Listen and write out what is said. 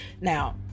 Now